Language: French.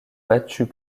battus